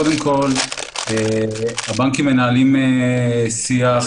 קודם כול, הבנקים מנהלים שיח